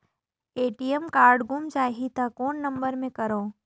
ATM card गुम जाही त कौन नम्बर मे करव?